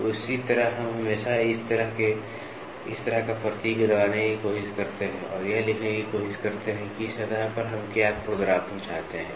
तो इसी तरह हम हमेशा इस तरह का प्रतीक लगाने की कोशिश करते हैं और यह लिखने की कोशिश करते हैं कि सतह पर हम क्या खुरदरापन चाहते हैं